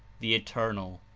the eternal.